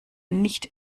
nicht